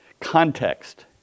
context